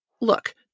look